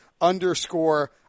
underscore